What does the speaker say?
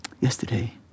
Yesterday